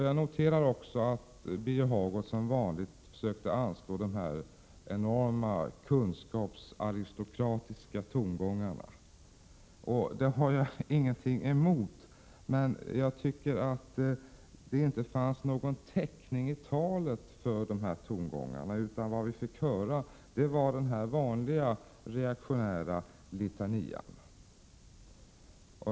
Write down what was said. Jag noterar också att Birger Hagård som vanligt försökte anslå de enorma kunskapsaristokratiska tongångarna. Det har jag ingenting emot, men det fanns i hans tal ingen täckning för tongångarna. Vad vi fick höra var den vanliga reaktionära litanian.